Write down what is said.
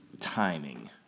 timing